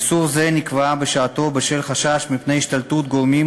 איסור זה נקבע בשעתו בשל חשש מפני השתלטות גורמים